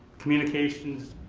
communications,